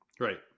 right